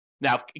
Now